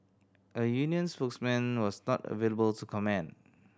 a union spokesman was not available to comment